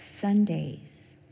Sundays